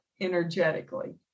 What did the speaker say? energetically